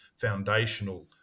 foundational